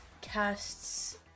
casts